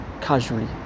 casually